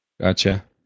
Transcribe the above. Gotcha